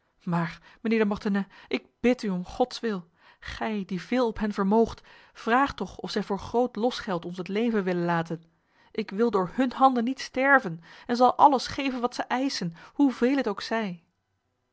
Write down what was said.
maar mijnheer de mortenay ik bid u om gods wil gij die veel op hen vermoogt vraag toch of zij voor groot losgeld ons het leven willen laten ik wil door hun handen niet sterven en zal alles geven wat zij eisen hoeveel het ook zij